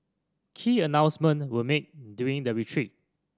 key announcement were made during the retreat